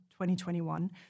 2021